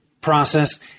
process